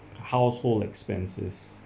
household expenses